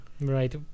Right